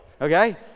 okay